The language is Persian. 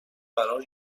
قرار